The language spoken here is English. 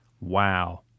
Wow